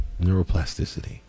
neuroplasticity